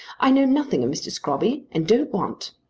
i know nothing of mr. scrobby and don't want.